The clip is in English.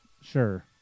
Sure